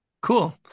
Cool